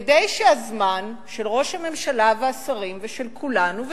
כדי שהזמן של ראש הממשלה והשרים ושל כולנו,